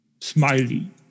smiley